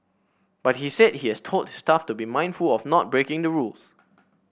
but he said he has told his staff to be mindful of not breaking the rules